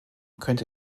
könnte